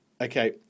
Okay